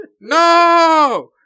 no